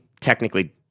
technically